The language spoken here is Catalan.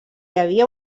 havia